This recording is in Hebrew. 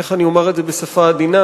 איך אני אומר את זה בשפה עדינה,